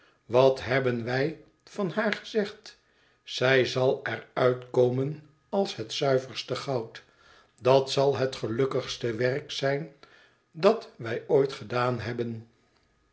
wat hebben wij van haar gezegd zij zal er uit komen als het zuiverste goud dat zal het gelukkigste werk zijn dat wij ooit gedaan hebben